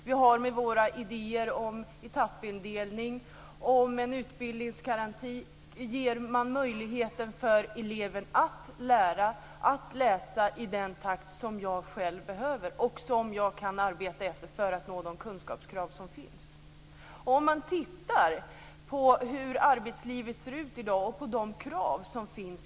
Vi har våra idéer om etappindelning, om en utbildningsgaranti som ger möjligheter för eleven att lära och läsa i den takt som eleven själv behöver och kan arbeta efter för att nå de kunskapsmål som finns.